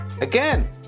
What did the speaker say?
Again